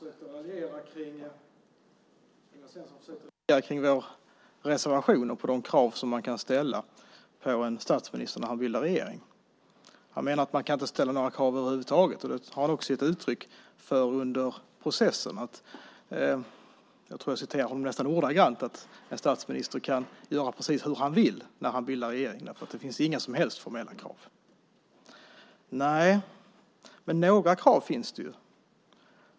Herr talman! Ingvar Svensson försökte raljera över vår reservation om de krav som kan ställas på en statsminister när han bildar regering. Han menar att man inte kan ställa några krav över huvud taget. Det har han också gett uttryck för under processen. Ingvar Svensson menar att en statsminister kan göra precis hur han vill när han bildar regering eftersom det inte finns några som helst formella krav. Men några krav finns.